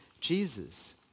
Jesus